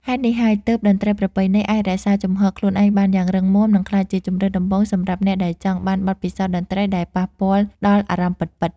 ហេតុនេះហើយ ទើបតន្ត្រីប្រពៃណី អាចរក្សាជំហរខ្លួនឯងបានយ៉ាងរឹងមាំ និងក្លាយជាជម្រើសដំបូងសម្រាប់អ្នកដែលចង់បានបទពិសោធន៍តន្ត្រីដែលប៉ះពាល់ដល់អារម្មណ៍ពិតៗ។